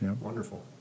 Wonderful